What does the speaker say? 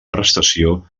prestació